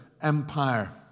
empire